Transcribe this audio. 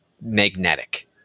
magnetic